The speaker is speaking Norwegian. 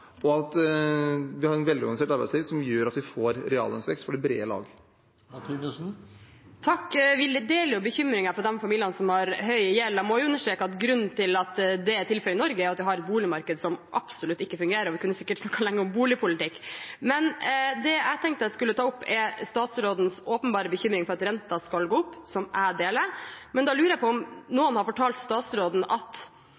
og at vi har et velorganisert arbeidsliv som gjør at vi får reallønnsvekst for det brede lag. Vi deler bekymringen for de familiene som har høy gjeld. Jeg må understreke at grunnen til at det er tilfelle i Norge, er at vi har et boligmarked som absolutt ikke fungerer, og vi kunne sikkert snakket lenge om boligpolitikk. Det jeg tenkte jeg skulle ta opp, er statsrådens åpenbare bekymring for at renten skal gå opp, som jeg deler. Men da lurer jeg på om